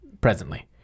presently